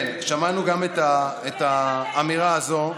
כן, שמענו גם את האמירה הזאת,